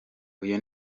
uyu